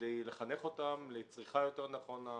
כדי לחנך אותם לצריכה יותר נכונה,